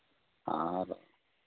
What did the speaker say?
ᱟᱨ